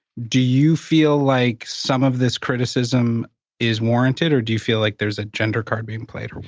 do you feel like some of this criticism is warranted, or do you feel like there's a gender card being played?